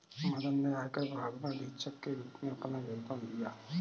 मदन ने आयकर विभाग में अधीक्षक के रूप में अपना योगदान दिया